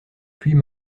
puits